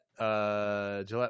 Gillette